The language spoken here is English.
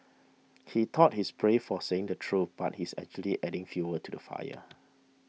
he thought he's brave for saying the truth but he's actually adding fuel to the fire